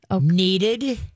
needed